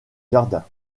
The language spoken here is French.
jardin